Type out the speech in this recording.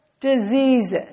diseases